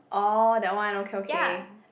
orh that one okay okay